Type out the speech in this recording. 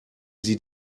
sie